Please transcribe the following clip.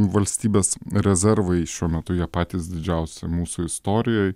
valstybės rezervai šiuo metu jie patys didžiausi mūsų istorijoj